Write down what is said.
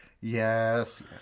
Yes